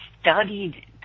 studied